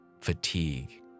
fatigue